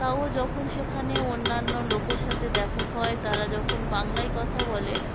তাও যখন সেখানে অন্যান্য লোকের সাথে দেখা হয় তারা যখন বাংলায় কথা বলে